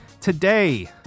Today